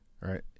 right